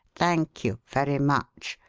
thank you very much.